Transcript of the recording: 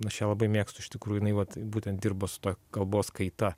aš ją labai mėgstu iš tikrųjų jinai vat būtent dirba su ta kalbos kaita